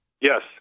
Yes